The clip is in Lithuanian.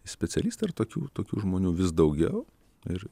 į specialistą ir tokių tokių žmonių vis daugiau ir